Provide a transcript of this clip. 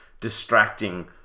distracting